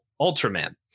Ultraman